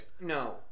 No